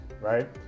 Right